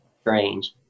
strange